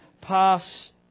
pass